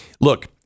Look